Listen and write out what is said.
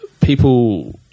people